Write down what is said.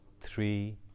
three